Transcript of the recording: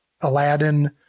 Aladdin